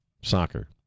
Soccer